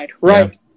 Right